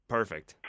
perfect